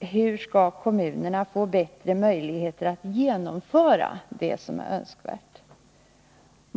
hur skall kommunerna få bättre möjligheter att genomföra det som är önskvärt?